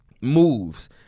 moves